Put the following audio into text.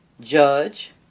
Judge